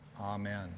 amen